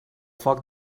foc